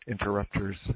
interrupters